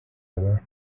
other